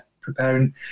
preparing